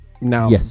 now